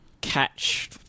catch